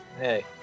hey